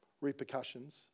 repercussions